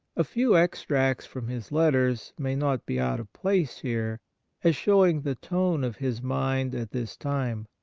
a few extracts from his letters may not be out of place here as showing the tone of his mind at this time.